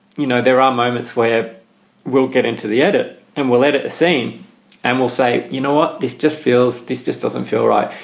you know, there are moments where we'll get into the edit and we'll edit the scene and we'll say, you know what, this just feels this just doesn't feel right.